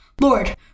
Lord